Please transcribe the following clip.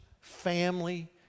family